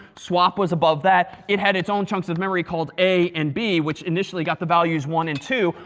swap was above that. it had its own chunks of memory called, a and b, which initially, got the values one and two.